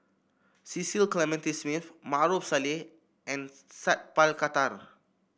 Cecil Clementi Smith Maarof Salleh and Sat Pal Khattar